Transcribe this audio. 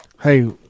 Hey